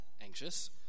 anxious